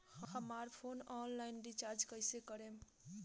हमार phone online recharge कईसे करेम?